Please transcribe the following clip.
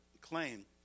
claim